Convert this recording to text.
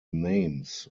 names